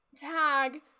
tag